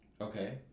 Okay